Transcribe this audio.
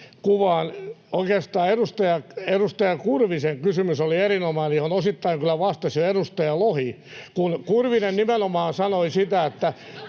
kuvaan. Oikeastaan edustaja Kurvisen kysymys oli erinomainen, johon osittain kyllä vastasi jo edustaja Lohi. Kurvinen nimenomaan sanoi sitä, että